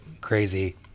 crazy